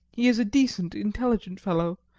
he is a decent, intelligent fellow,